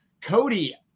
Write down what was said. Cody